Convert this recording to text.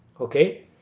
okay